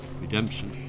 redemption